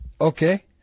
Okay